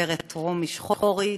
הגברת רומי שחורי,